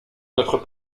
notre